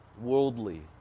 worldly